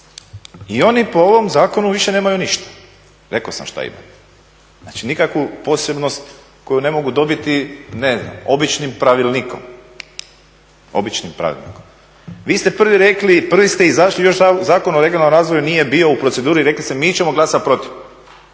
I oni po ovom zakonu više nemaju ništa, rekao sam šta imaju. Znači nikakvu posebnost koju ne mogu dobiti, ne znam običnim pravilnikom, običnim pravilnikom. Vi ste prvi rekli, prvi ste izašli još Zakon o regionalnom razvoju nije bio u proceduri, rekli ste mi ćemo glasati protiv.